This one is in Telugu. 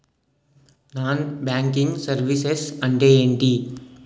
నాన్ బ్యాంకింగ్ సర్వీసెస్ అంటే ఎంటి?